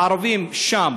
הערבים שם